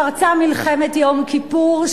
פרצה מלחמת יום כיפור,